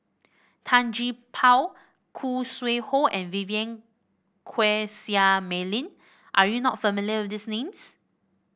Tan Gee Paw Khoo Sui Hoe and Vivien Quahe Seah Mei Lin are you not familiar with these names